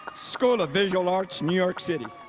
school of visual arts, new york city.